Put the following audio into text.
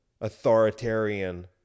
authoritarian